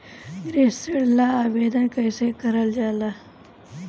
गृह ऋण ला आवेदन कईसे करल जाला?